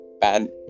bad